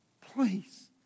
Please